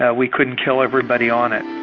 ah we couldn't kill everybody on it.